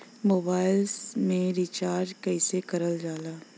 Mobile में recharge कइसे करल जाला?